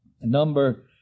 number